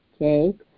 okay